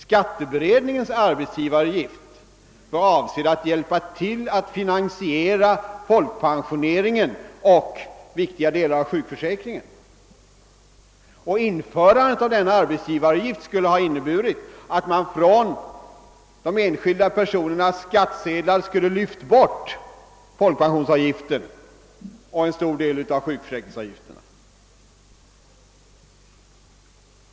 Skatteberedningens arbetsgivaravgift var avsedd att hjälpa till att finansiera folkpensioneringen och viktiga delar av sjukförsäkringen, och införandet av denna arbetsgivaravgift skulle ha inneburit att man från de enskilda personernas skattsedlar lyft bort folkpensionsavgiften och en stor del av sjukförsäkringsavgifterna.